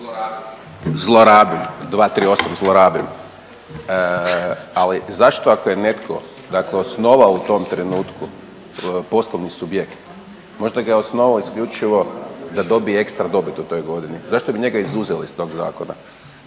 Zlorabim, zlorabim, 238. zlorabim. Ali zašto ako je netko dakle osnovao u tom trenutku poslovni subjekt, možda ga je osnovao isključivo da dobije ekstra dobit u toj godini, zašto bi njega izuzeli iz tog zakona,